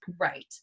Right